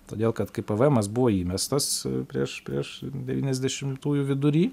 todėl kad kai pėvėemas buvo įmestas prieš prieš devyniasdešimtųjų vidury